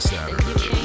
Saturday